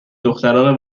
دختران